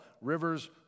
rivers